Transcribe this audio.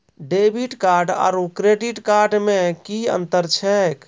Debit card आरू credit card मे कि अन्तर छैक?